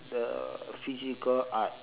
the physical art